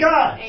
God